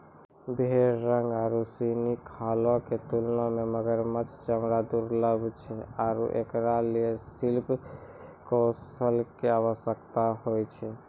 भेड़ रंग आरु सिनी खालो क तुलना म मगरमच्छ चमड़ा दुर्लभ छै आरु एकरा ल शिल्प कौशल कॅ आवश्यकता होय छै